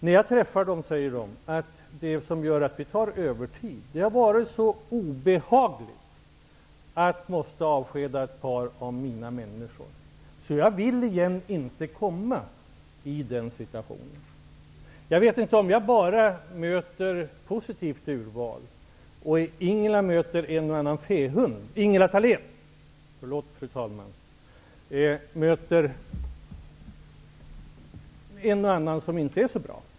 När jag träffar dem säger de att det som gör att de har övertid är att det har varit så obehagligt att vara tvungen att avskeda någon att de inte vill hamna i den situationen igen. Jag vet inte om jag bara möter ett positivt urval. Ingela Thalén möter en och annan fähund.